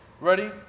Ready